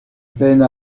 peine